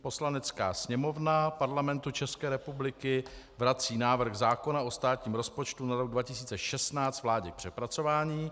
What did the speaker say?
Poslanecká sněmovna Parlamentu České republiky vrací návrh zákona o státním rozpočtu na rok 2016 vládě k přepracování.